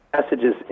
messages